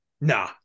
Nah